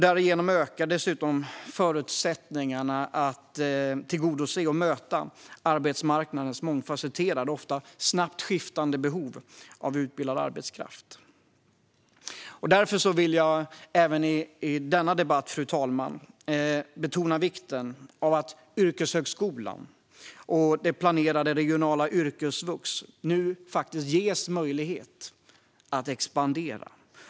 Därigenom ökar dessutom förutsättningarna att tillgodose och möta arbetsmarknadens mångfacetterade och ofta snabbt skiftande behov av utbildad arbetskraft. Därför vill jag även i denna debatt, fru talman, betona vikten av att yrkeshögskolan och det planerade regionala yrkesvux nu ges möjlighet att expandera.